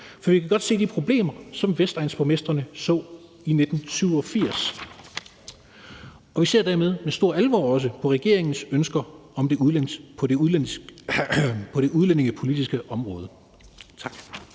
for vi kan godt se de problemer, som vestegnsborgmestrene så i 1987. Og vi ser dermed med stor alvor også på regeringens ønsker på det udlændingepolitiske område. Tak.